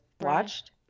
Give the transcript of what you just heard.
watched